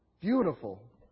Beautiful